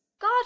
God